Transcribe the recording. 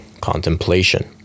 contemplation